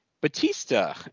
Batista